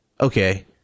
okay